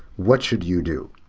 what should you do?